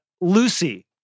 Lucy